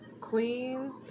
Queen